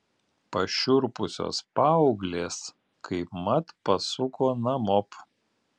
pašiurpusios paauglės kaipmat pasuko namop